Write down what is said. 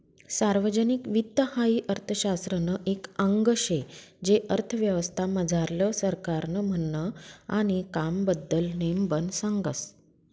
सार्वजनिक वित्त हाई अर्थशास्त्रनं एक आंग शे जे अर्थव्यवस्था मझारलं सरकारनं म्हननं आणि कामबद्दल नेमबन सांगस